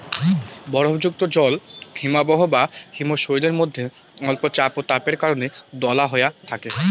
বরফযুক্ত জল হিমবাহ বা হিমশৈলের মইধ্যে অল্প চাপ ও তাপের কারণে দালা হয়া থাকে